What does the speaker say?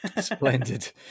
Splendid